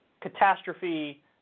catastrophe